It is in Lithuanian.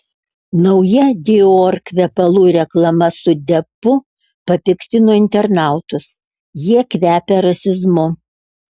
nauja dior kvepalų reklama su deppu papiktino internautus jie kvepia rasizmu